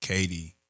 Katie